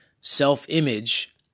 self-image